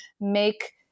Make